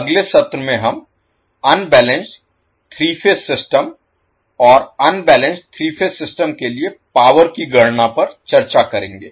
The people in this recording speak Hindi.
अगले सत्र में हम अनबैलेंस्ड 3 फेज सिस्टम और अनबैलेंस्ड 3 फेज सिस्टम के लिए पावर की गणना पर चर्चा करेंगे